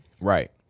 Right